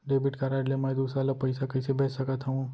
Debit card ले मैं दूसर ला पइसा कइसे भेज सकत हओं?